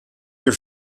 your